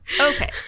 Okay